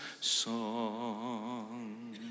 song